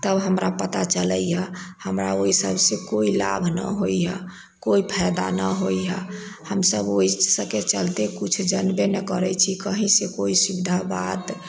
तब हमरा पता चलैया हमरा ओहिसब से कोइ लाभ न होइया कोइ फायदा न होइया हम सब ओहि सबके चलते किछु जनबे न करै छी कहीं से कोइ सुविधा बात